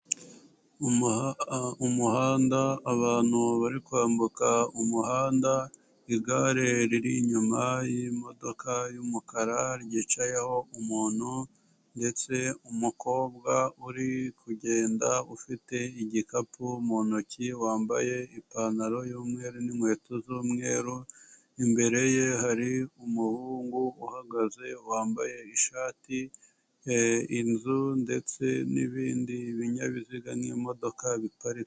Umuhanda abantu bari kwambuka umuhanda, igare riri inyuma y'imodoka y'umukara ,ryicayeho umuntu ndetse umukobwa uri kugenda ufite igikapu mu ntoki ,wambaye ipantaro y'umweru n'inkweto z'umweru. Imbere ye hari umuhungu uhagaze wambaye ishati ,ndetse n'ibindi binyabiziga n'imodoka biparitse.